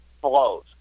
flows